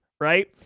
right